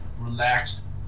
relax